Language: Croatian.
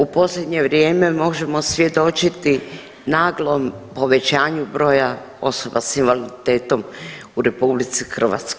U posljednje vrijeme možemo svjedočiti naglom povećanju broja osoba s invaliditetom u RH.